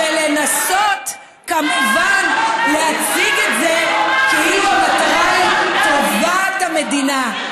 ולנסות כמובן להציג את זה כאילו המטרה היא טובת המדינה.